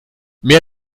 mehr